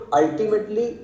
ultimately